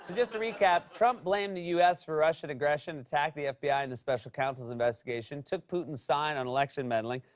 so just to recap, trump blamed the u s. for russian aggressions, attacked the fbi and the special counsel's investigation, took putin's side on election meddling,